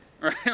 right